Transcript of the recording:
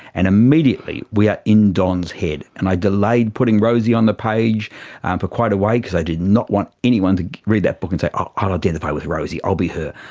and immediately we are in don's head. and i delayed putting rosie on the page um for quite a way because i did not want anyone to read that book and say i'll i'll identify with rosie, i'll be her'.